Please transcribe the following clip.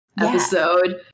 episode